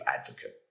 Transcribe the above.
advocate